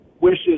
wishes